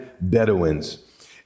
Bedouins